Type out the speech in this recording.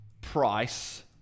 price